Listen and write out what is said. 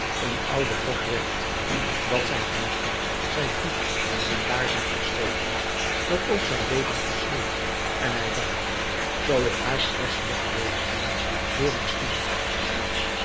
een oude rok werd dat zijn hemden zijn hoed en zijn laarzen versleten dat ook zijn leven versleet en hij dacht zoo ik haar slechts mocht wederzien vr ik stierf